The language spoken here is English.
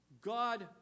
God